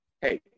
hey